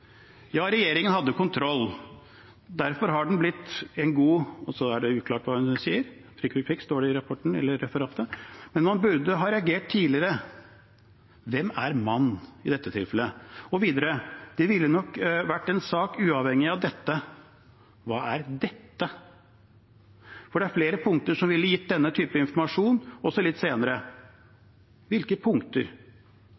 regjeringen har kontroll på saken. Derfor har den blitt en god …»– og så er det uklart hva hun sier, prikk-prikk-prikk, står det i referatet – «Men man burde ha reagert på et tidligere tidspunkt.» Hvem er «man» i dette tilfellet? Og videre: «Det ville nok vært en sak uavhengig av dette» – hva er «dette»? – «for det er flere punkter hvor denne informasjonen ville